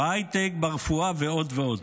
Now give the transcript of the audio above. בהייטק, ברפואה ועוד ועוד.